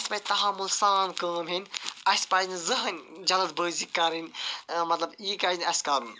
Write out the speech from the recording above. اَسہِ پَزِ تَہَمُل سان کٲم ہیٚن اَسہِ پَزِ نہٕ زٕہٕنۍ جلدبٲزی کَرٕنۍ مَطلَب یہِ پَزِ نہٕ اَسہِ کَرُن